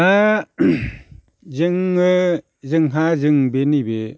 दा जोङो जोंहा जों बे नैबे